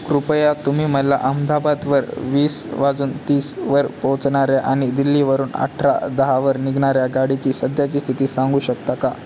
कृपया तुम्ही मला अहमदाबादवर वीस वाजून तीसवर पोचणाऱ्या आणि दिल्लीवरून अठरा दहावर निघणाऱ्या गाडीची सध्याची स्थिती सांगू शकता का